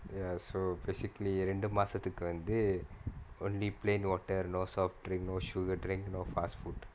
ya so basically ரெண்டு மாசத்துக்கு வந்து:rendu maasathukku vanthu only plain water no soft drink no sugar drink no fast food